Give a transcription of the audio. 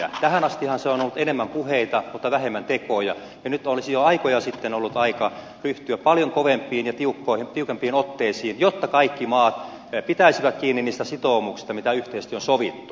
tähän astihan se on ollut enemmän puheita mutta vähemmän tekoja ja nyt olisi jo aikoja sitten ollut aika ryhtyä paljon kovempiin ja tiukempiin otteisiin jotta kaikki maat pitäisivät kiinni niistä sitoumuksista mitä yhteisesti on sovittu